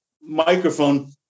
microphone